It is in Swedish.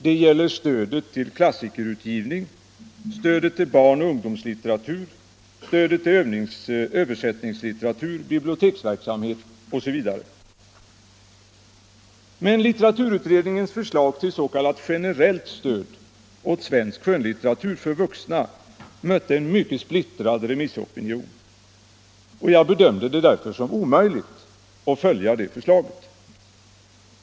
Det gäller stödet till klassikerutgivning, till barnoch ungdomslitteratur, översättningslitteratur, biblioteksverksamhet osv. Litteraturutredningens förslag till s.k. generellt stöd åt svensk skönlitteratur för vuxna mötte emellertid en mycket splittrad remissopinion, och jag bedömde det därför som omöjligt att följa detta förslag.